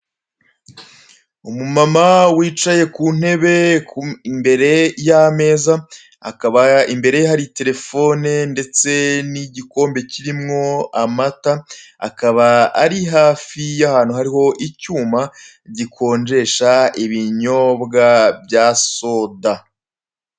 Umumama wicaye ku ntebe, imbere y'ameza, akaba imbere ye hari telefone ndetse n'igikombe kirimo amata, akaba ari hafi y'ahantu hari icyuma gikonjesha ibinyobwa bya soda.